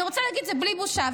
ואני רוצה להגיד את זה בלי בושה.